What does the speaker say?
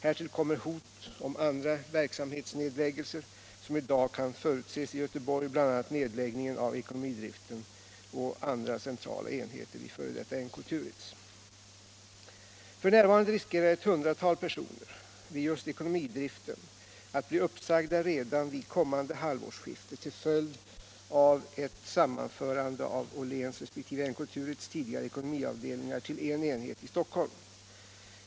Härtill kommer hot om andra verksamhetsnedläggelser som i dag kan förutses i Göteborg, bl.a. nedläggningen av ekonomidriften och andra centrala enheter vid f. d. NK-Turitz. F.n. riskerar ett hundratal personer vid just ekonomidriften att bli uppsagda redan vid kommande halvårsskifte till följd av ett sammanförande av Åhléns resp. NK-Turitz tidigare ekonomiavdelningar till en enhet i Stockholm.